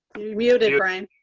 you're muted bryant.